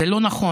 זה לא נכון.